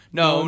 no